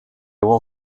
will